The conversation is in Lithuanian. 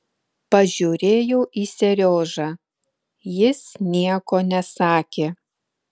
pažiūrėjau į seriožą jis nieko nesakė